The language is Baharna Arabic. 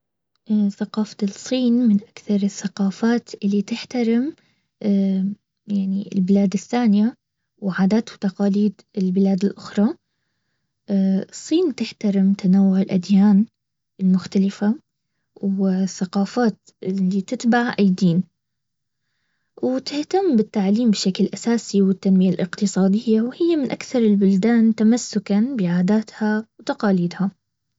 ثقافه الصين من اكثر الثقافات اللي تحترم اه يعني البلاد الثانية وعادات وتقاليد البلاد الاخرى. الصين تحترم تنوع الاديان المختلفة والثقافات اللي تتبع اي دين وتهتم بالتعليم بشكل اساسي وبالتنميه الاقتصاديه ومن اكثر البلدان تمسكا بعادتها وتقاليدها